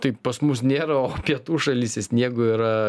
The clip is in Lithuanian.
tai pas mus nėra o pietų šalyse sniego yra